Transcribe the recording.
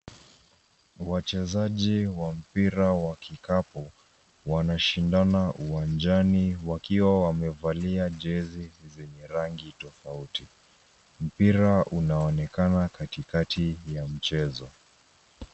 Wachezaji wa mpira wa kikapu, wanashindana uwanjani wakiwa wamevalia jezi zenye rangi tofauti. Mpira unaonekana katikati ya mchezo.